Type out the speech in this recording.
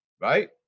right